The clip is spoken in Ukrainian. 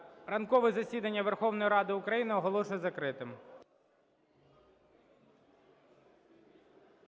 Ранкове засідання Верховної Ради України оголошую закритим.